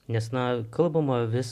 nes na kalbama vis